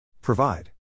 Provide